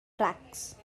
tracks